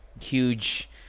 huge